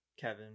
Kevin